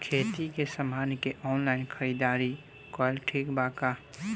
खेती के समान के ऑनलाइन खरीदारी कइल ठीक बा का?